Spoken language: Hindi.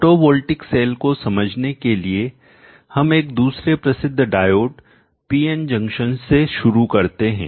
फोटोवोल्टिक सेल को समझने के लिए हम एक दूसरे प्रसिद्ध डायोड पीएन जंक्शन से शुरू करते हैं